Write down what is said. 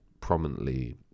prominently